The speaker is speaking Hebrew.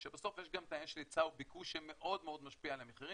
שבסוף יש גם את העניין של היצע וביקוש שמאוד מאוד משפיע על המחירים.